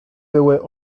były